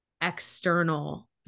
external